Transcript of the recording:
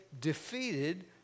defeated